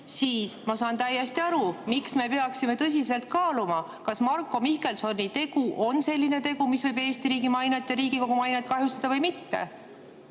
siis ma saan täiesti aru, miks me peaksime tõsiselt kaaluma, kas Marko Mihkelsoni tegu on selline tegu, mis võib Eesti riigi mainet ja Riigikogu mainet kahjustada või mitte.